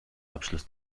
abschluss